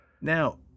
Now